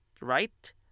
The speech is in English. right